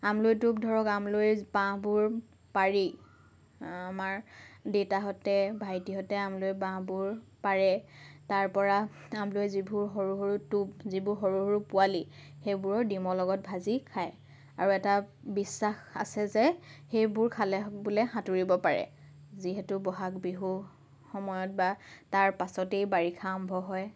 আমৰলি টোপ ধৰক আমৰলি বাহবোৰ পাৰি আমাৰ দেউতাহঁতে ভাইটিহঁতে আমৰলি বাহবোৰ পাৰে তাৰ পৰা আমৰলি যিবোৰ সৰু সৰু টোপ যিবোৰ সৰু সৰু পোৱালি সেইবোৰৰ ডিমৰ লগত ভাজি খায় আৰু এটা বিশ্বাস আছে যে সেইবোৰ খালে বোলে সাঁতুৰিব পাৰে যিহেতু বহাগ বিহুৰ সময়ত বা তাৰ পাছতেই বাৰিষা আৰম্ভ হয়